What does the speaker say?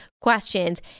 questions